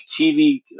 TV